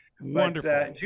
Wonderful